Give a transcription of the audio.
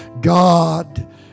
God